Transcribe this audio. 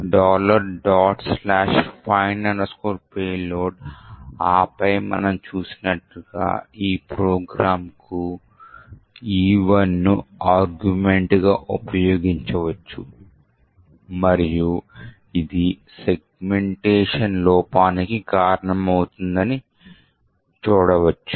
find payload ఆపై మనం చూసినట్లుగా మన ప్రోగ్రామ్కు E1ను ఆర్గ్యుమెంట్గా ఉపయోగించవచ్చు మరియు ఇది సెగ్మెంటషన్ లోపానికి కారణమవుతుందని చూడవచ్చు